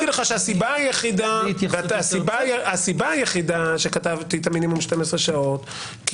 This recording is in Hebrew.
הסיבה היחידה שכתבתי את המינימום 12 שעות כי